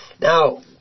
Now